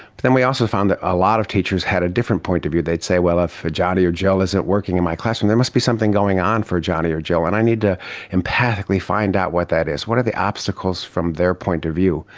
then we also found that a lot of teachers had a different point of view. they'd say, well, if johnny or jill isn't working in my classroom, there must be something going on for johnny or jill and i need to empathically find out what that is, what are the obstacles from their point of view,